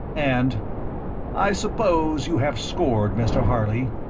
and i suppose you have scored, mr. harley,